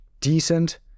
decent